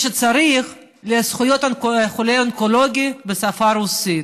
כפי שצריך לזכויות החולה האונקולוגי בשפה הרוסית.